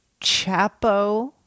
Chapo